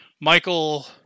Michael